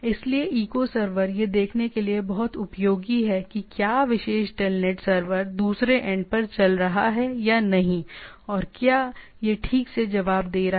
इसलिए echo server यह देखने के लिए बहुत उपयोगी है कि क्या विशेष टेलनेट सर्वर दूसरे एंड पर चल रहा है या नहीं और क्या यह ठीक से जवाब दे रहा है